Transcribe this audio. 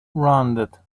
rounded